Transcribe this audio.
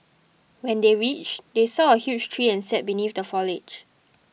when they reached they saw a huge tree and sat beneath the foliage